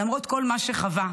למרות כל מה שחווה,